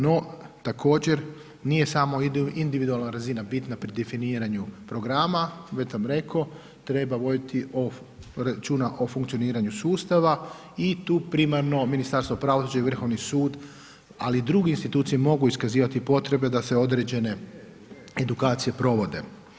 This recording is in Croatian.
No, također nije samo individualna razina bitna pri definiranju programa, već sam rekao, treba voditi računa o funkcioniranju sustavu i tu primarno Ministarstvo pravosuđa i Vrhovni sud, ali i druge institucije, mogu iskazivati potrebe da se određene edukacije provode.